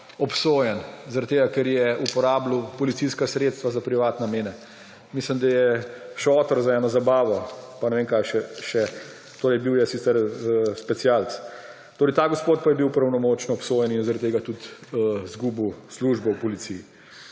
obsojen, ker je uporabljal policijska sredstva za privatne namene. Mislim da šotor za eno zabavo, pa ne vem kaj še, torej bil je sicer specialec. Ta gospod pa je bil pravnomočno obsojen in je zaradi tega tudi izgubil službo v policiji.